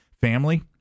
family